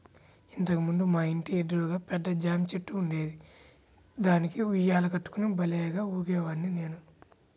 ఇంతకు ముందు మా ఇంటి ఎదురుగా పెద్ద జాంచెట్టు ఉండేది, దానికి ఉయ్యాల కట్టుకుని భల్లేగా ఊగేవాడ్ని నేను